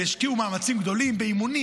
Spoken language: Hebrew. והשקיעו מאמצים גדולים באימונים,